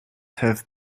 have